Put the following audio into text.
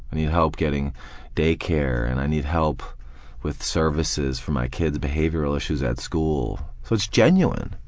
i need help getting daycare and i need help with services for my kids' behavioral issues at school. so it's genuine,